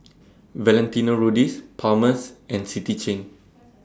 Valentino Rudy's Palmer's and City Chain